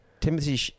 Timothy